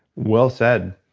well said.